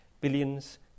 billions